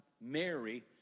Mary